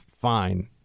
fine